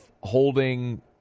holding